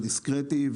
הדיסקרטי,